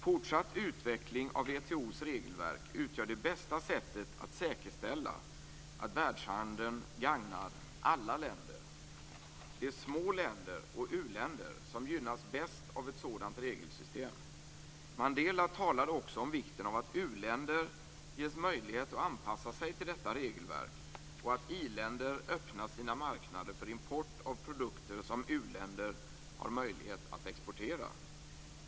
Fortsatt utveckling av WTO:s regelverk utgör det bästa sättet att säkerställa att världshandeln gagnar alla länder. Det är små länder och u-länder som gynnas bäst av ett sådant regelsystem. Mandela talade också om vikten av att u-länder ges möjlighet att anpassa sig till detta regelverk och att i-länder öppnar sina marknader för import av produkter som u-länder har möjlighet att exportera.